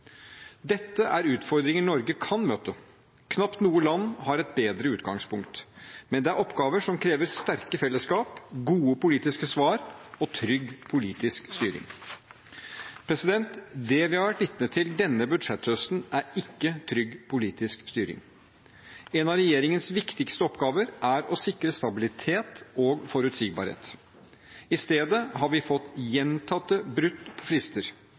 Dette er utfordringer Norge kan møte. Knapt noe land har et bedre utgangspunkt. Men det er oppgaver som krever sterke fellesskap, gode politiske svar og trygg politisk styring. Det vi har vært vitne til denne budsjetthøsten, er ikke trygg politisk styring. En av regjeringens viktigste oppgaver er å sikre stabilitet og forutsigbarhet. I stedet har vi fått gjentatte brudd på frister,